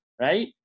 Right